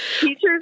Teachers